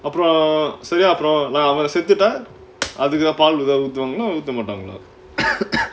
அப்புறம் சரி அப்புறம் அவங்க செத்துட்டா பால் ஊதுவங்கள இல்ல ஊத்த மாட்டாங்களா:appuram sari appuram avanga sethuttaa paal oothuvaangalaa illa ootha maataangalaa